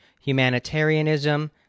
humanitarianism